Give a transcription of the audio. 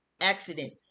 accident